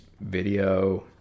video